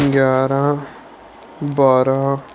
ਗਿਆਰਾਂ ਬਾਰਾਂ